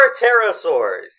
pterosaurs